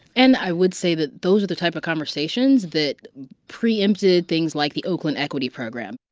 and i would say that those are the type of conversations that preempted things like the oakland equity program.